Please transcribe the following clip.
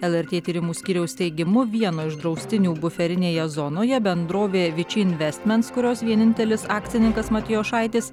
lrt tyrimų skyriaus teigimu vieno iš draustinių buferinėje zonoje bendrovė vičy investments kurios vienintelis akcininkas matijošaitis